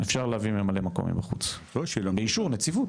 אפשר להביא ממלא מקום מבחוץ באישור הנציבות.